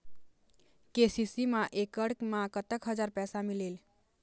KCC मा एकड़ मा कतक हजार पैसा मिलेल?